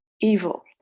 evil